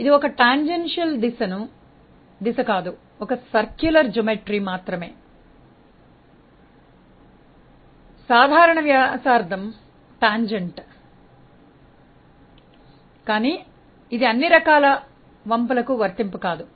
ఇది ఒక టాంజెన్షియల్ దిశ కాదు ఒక వృత్తాకార రేఖాగణితం మాత్రమే సాధారణ వ్యాసార్థo టాంజెంట్ కాని ఇది అన్ని రకాల వంపులకు వర్తింపు కాదు